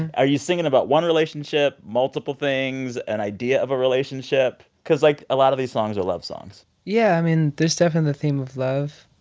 are you singing about one relationship, multiple things, an idea of a relationship? because, like, a lot of these songs are love songs yeah. i mean, there's definitely the theme of love.